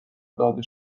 داده